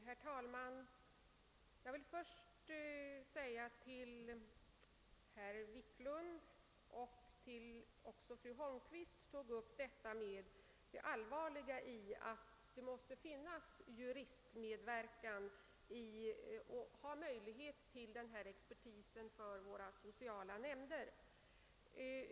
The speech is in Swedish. Herr talman! Både herr Wiklund i Stockholm och fru Holmqvist ansåg att det måste finnas möjlighet till medverkan av juridisk expertis i våra sociala nämnder.